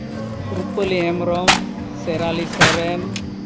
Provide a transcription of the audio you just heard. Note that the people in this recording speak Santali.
ᱨᱩᱯᱟᱹᱞᱤ ᱦᱮᱢᱵᱨᱚᱢ ᱥᱮᱨᱟᱞᱤ ᱥᱚᱨᱮᱱ